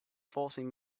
forcing